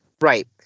Right